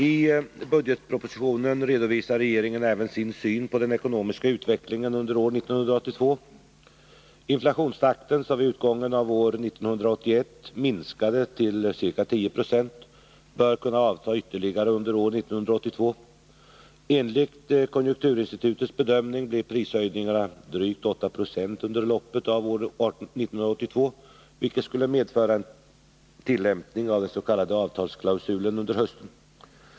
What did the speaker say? I budgetpropositionen redovisar regeringen även sin syn på den ekonomiska utvecklingen under år 1982. Inflationstakten, som vid utgången av år 1981 minskade till ca 10 26, bör kunna avta ytterligare under år 1982. Enligt konjunkturinstitutets bedömning blir prishöjningarna drygt 8 20 under loppet av år 1982, vilket skulle medföra en tillämpning av den s.k. avtalsklausulen under hösten.